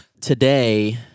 Today